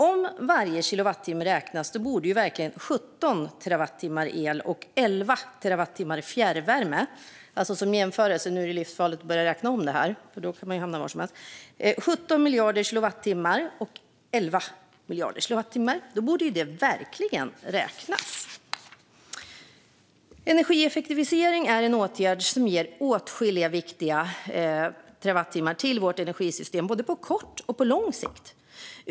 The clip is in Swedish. Om varje kilowattimme räknas borde 17 terawattimmar el och 11 terawattimmar fjärrvärme verkligen räknas. Nu är det ju livsfarligt att räkna om det här, för då kan man hamna var som helst, men som jämförelse är det 17 miljarder kilowattimmar och 11 miljarder kilowattimmar. Energieffektivisering är en åtgärd som ger åtskilliga viktiga terawatttimmar till vårt energisystem på både kort och lång sikt.